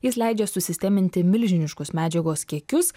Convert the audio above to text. jis leidžia susisteminti milžiniškus medžiagos kiekius